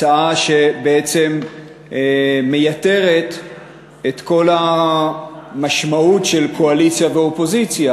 הצעה שבעצם מייתרת את כל המשמעות של קואליציה ואופוזיציה,